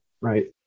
right